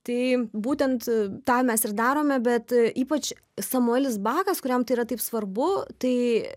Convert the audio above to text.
tai būtent tą mes ir darome bet ypač samuelis bakas kuriam tai yra taip svarbu tai